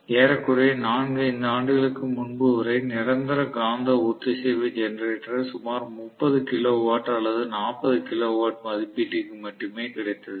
ஏறக்குறைய 4 5 ஆண்டுகளுக்கு முன்பு வரை நிரந்தர காந்த ஒத்திசைவு ஜெனரேட்டர் சுமார் 30 கிலோ வாட் அல்லது 40 கிலோவாட் மதிப்பீட்டிற்கு மட்டுமே கிடைத்தது